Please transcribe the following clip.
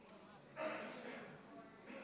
אדוני